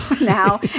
now